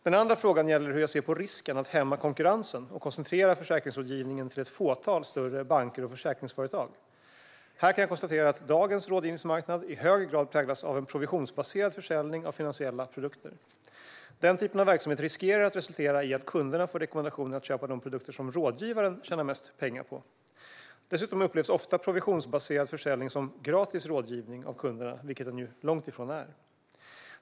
Den andra frågan gäller hur jag ser på risken att hämma konkurrensen och koncentrera försäkringsrådgivningen till ett fåtal större banker och försäkringsföretag. Här kan jag konstatera att dagens rådgivningsmarknad i hög grad präglas av en provisionsbaserad försäljning av finansiella produkter. Den typen av verksamhet riskerar att resultera i att kunderna får rekommendationer att köpa de produkter som rådgivaren tjänar mest pengar på. Dessutom upplevs ofta provisionsbaserad försäljning som gratis rådgivning av kunderna, vilket den ju långt ifrån är.